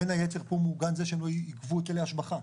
בין היתר פה מעוגן זה שהן לא יגבו היטלי השבחה.